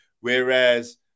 Whereas